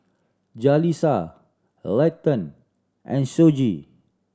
Jalisa Leighton and Shoji